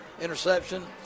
interception